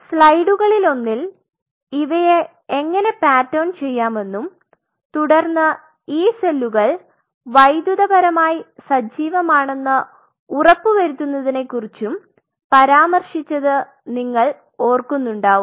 സ്ലൈഡുകളിലൊന്നിൽ ഇവയെ എങ്ങനെ പാറ്റേൺ ചെയ്യാമെന്നും തുടർന്ന് ഈ സെല്ലുകൾ വൈദ്യുതപരമായി സജീവമാണെന്ന് ഉറപ്പുവരുത്തുന്നതിനെക്കുറിച്ചും പരാമർശിച്ചത് നിങ്ങൾ ഓർക്കുന്നുണ്ടാവും